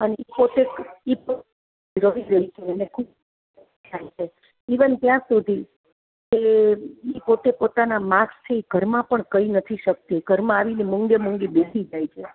અને એ પોતે જ એ પોતે જ રડી રહી છે એને ખુબ દુઃખ થાય છે ઈવન ત્યાં સુધી કે એ પોતે પોતાના માર્કસથી ઘરમાં પણ કહી નથી શકતી ઘરમાં આવીને મૂંગે મૂંગી બેસી જાય છે